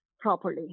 properly